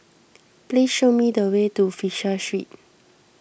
please show me the way to Fisher Street